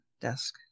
desk